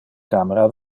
camera